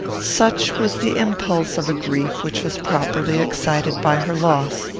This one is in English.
such was the impulse of a grief which was properly excited by her loss.